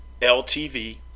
LTV